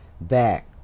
back